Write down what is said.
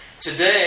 Today